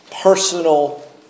personal